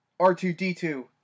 R2-D2